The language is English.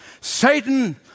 Satan